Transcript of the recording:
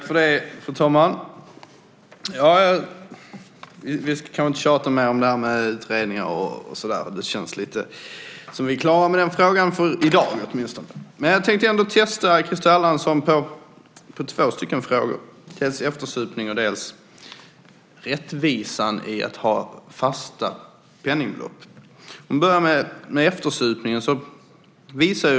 Fru talman! Vi ska kanske inte tjata mer om utredningar och så vidare. Det känns som om vi är klara med den frågan för i dag åtminstone. Men jag tänkte ändå testa Christer Erlandsson när det gäller två frågor, dels om eftersupning, dels om rättvisan att ha fasta penningbelopp i fråga om böter. Jag ska börja med frågan om eftersupningen.